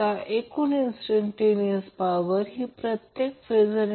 तर line current phase current अशा प्रकारे मी सांगत आहे